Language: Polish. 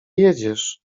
jedziesz